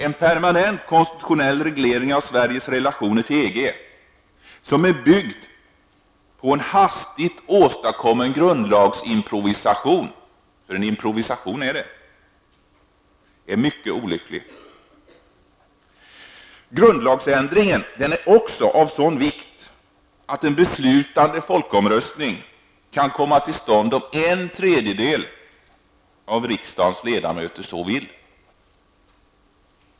En permanent konstitutionell reglering av Sveriges relationer till EG som är byggd på en hastigt åstadkommen grundlagsimprovisation -- för en sådan är det fråga om -- är någonting mycket olyckligt. Grundlagsändringen är också av sådan vikt att en beslutande folkomröstning kan komma till stånd om en tredjedel av riksdagens ledamöter så vill.